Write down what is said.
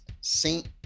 saint